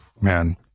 Man